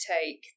take